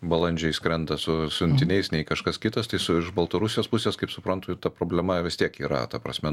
balandžiai skrenda su siuntiniais nei kažkas kitas tai su iš baltarusijos pusės kaip suprantu ta problema vis tiek yra ta prasme